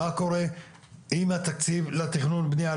מה קורה עם התקציב לתכנון בנייה.